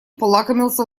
полакомился